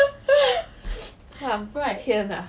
!wah! 天 ah